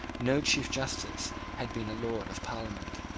no chief justice had been a lord of parliament.